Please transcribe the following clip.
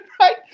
Right